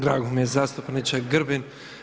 Drago mi je zastupniče Grbin.